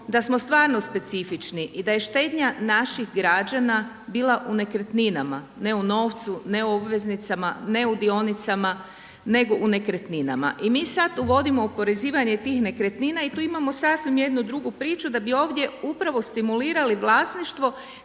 da smo stvarno specifični i da je štednja naših građana bila u nekretninama ne u novcu, ne u obveznicama, ne u dionicama nego u nekretninama. I mi sad uvodimo oporezivanje tih nekretnina i tu imamo sasvim jednu drugu priču da bi ovdje upravo stimulirali vlasništvo